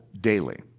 daily